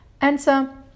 Answer